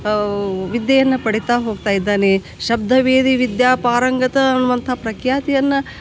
ಅವು ವಿದ್ಯೆಯನ್ನು ಪಡೀತಾ ಹೋಗ್ತಾ ಇದ್ದಾನೆ ಶಬ್ದವೇದಿ ವಿದ್ಯಾ ಪಾರಂಗತ ಅನ್ನುವಂಥ ಪ್ರಖ್ಯಾತಿಯನ್ನು